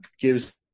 gives